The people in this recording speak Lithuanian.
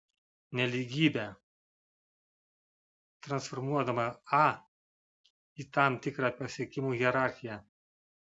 nelygybę transformuodama a į tam tikrą pasiekimų hierarchiją